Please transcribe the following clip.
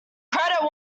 credit